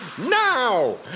now